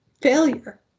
failure